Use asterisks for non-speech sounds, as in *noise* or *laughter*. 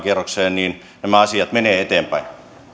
*unintelligible* kierrokselle nämä asiat menevät eteenpäin